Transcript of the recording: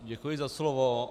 Děkuji za slovo.